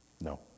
No